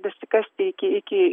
dasikasti iki iki